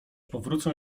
powrócę